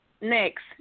next